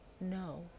no